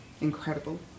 incredible